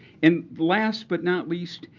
and last but not least,